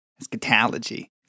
eschatology